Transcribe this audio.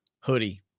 hoodie